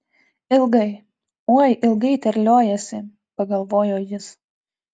ilgai oi ilgai terliojasi pagalvojo jis